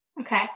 okay